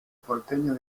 porteño